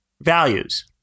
values